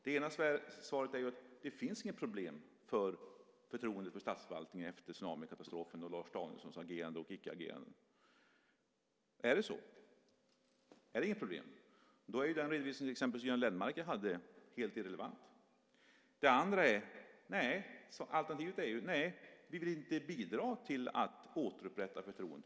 Det ena är att det inte finns något problem med förtroendet för statsförvaltningen efter tsunamikatastrofen och Lars Danielssons agerande och icke-agerande. Är det så? Finns det inga problem? Då är ju exempelvis den redovisning som Göran Lennmarker hade helt irrelevant. Alternativet är att man inte vill bidra till att återupprätta förtroendet.